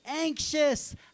anxious